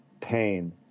pain